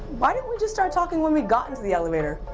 why didn't we just start talking when we got into the elevator?